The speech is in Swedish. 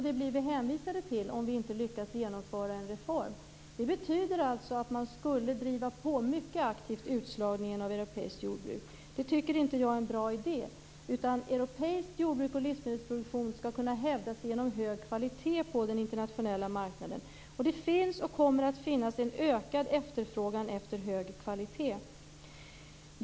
Det blir vi hänvisade till om vi inte lyckas genomföra en reform. Det betyder alltså att man mycket aktivt skulle driva på utslagningen av europeiskt jordbruk. Det tycker inte jag är en bra idé. Europeiskt jordbruk och livsmedelsproduktion skall kunna hävda sig genom hög kvalitet på den internationella marknaden. Det finns, och kommer att finnas, en ökad efterfrågan på hög kvalitet.